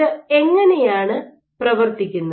ഇത് എങ്ങനെയാണ് പ്രവർത്തിക്കുന്നത്